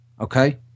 okay